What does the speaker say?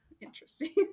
interesting